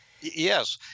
yes